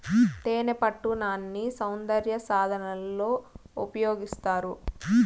తేనెపట్టు నాన్ని సౌందర్య సాధనాలలో ఉపయోగిస్తారు